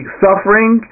suffering